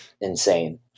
insane